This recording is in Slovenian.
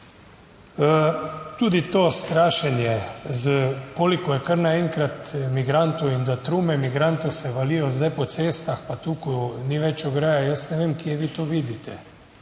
Tudi to strašenje s koliko je kar naenkrat migrantov in da trume migrantov se valijo zdaj po cestah, pa tu, ko ni več ograje, jaz ne vem, kje vi to vidite,